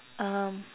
um